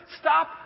stop